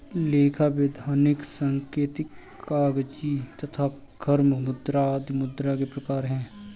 लेखा, वैधानिक, सांकेतिक, कागजी तथा गर्म मुद्रा आदि मुद्रा के प्रकार हैं